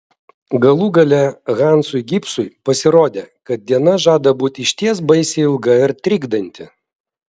galų gale hansui gibsui pasirodė kad diena žada būti išties baisiai ilga ir trikdanti